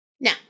Now